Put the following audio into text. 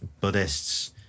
Buddhists